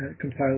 compile